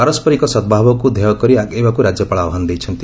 ପାରସ୍ୱରିକ ସଦ୍ଭାବକୁ ଧେୟ କରି ଆଗେଇବାକୁ ରାକ୍ୟପାଳ ଆହ୍ବାନ ଦେଇଛନ୍ତି